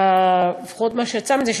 לפחות מה שיצא מזה,